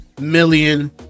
million